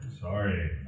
Sorry